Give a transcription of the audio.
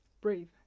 breathe